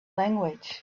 language